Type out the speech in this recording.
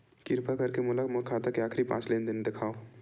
किरपा करके मोला मोर खाता के आखिरी पांच लेन देन देखाव